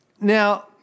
Now